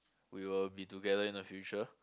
we will be together in a future